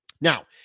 Now